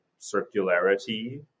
circularity